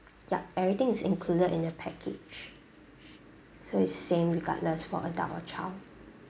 yup everything is included in your package so it's same regardless for adult or child